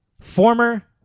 Former